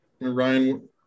Ryan